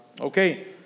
Okay